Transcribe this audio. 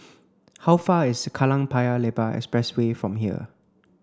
how far is Kallang Paya Lebar Expressway from here